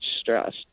stress